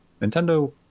Nintendo